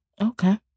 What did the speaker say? Okay